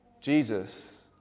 Jesus